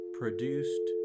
produced